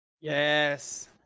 Yes